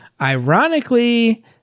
Ironically